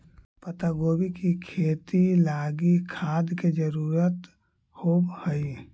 पत्तागोभी के खेती लागी खाद के जरूरत होब हई